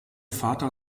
vater